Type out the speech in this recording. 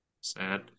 sad